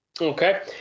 Okay